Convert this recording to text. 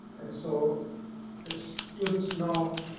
and so students now